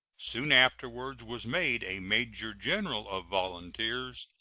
soon afterwards was made a major-general of volunteers,